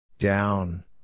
Down